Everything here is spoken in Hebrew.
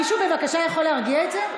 מישהו בבקשה יכול להרגיע את זה?